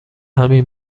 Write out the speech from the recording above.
همین